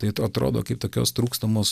tai atrodo kaip tokios trūkstamos